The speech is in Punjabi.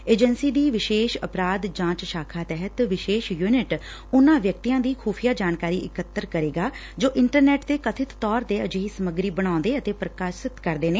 ਏਜੰਸੀ ਦੀ ਵਿਸ਼ੇਸ਼ ਅਪਰਾਧ ਜਾਂਚ ਸ਼ਾਖਾ ਤਹਿਤ ਵਿਸ਼ੇਸ਼ ਯੂਨਿਟ ਉਨੂਾਂ ਵਿਅਕਤੀਆਂ ਦੀ ਖੂਫੀਆ ਜਾਣਕਾਰੀ ਇਕੱਤਰ ਕਰੇਗੀ ਜੋ ਇੰਟਰਨੈੱਟ ਤੇ ਕਬਿਤ ਤੌਰ ਤੇ ਅਜਿਹੀ ਸਮੱਗਰੀ ਬਣਾਉਂਦੇ ਅਤੇ ਪ੍ਰਸਾਰਿਤ ਕਰਦੇ ਨੇ